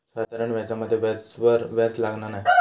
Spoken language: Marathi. साधारण व्याजामध्ये व्याजावर व्याज लागना नाय